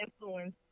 influence